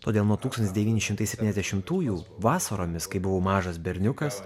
todėl nuo tūkstantis devyni šimtai septyniasdešimtųjų vasaromis kai buvau mažas berniukas